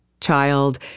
child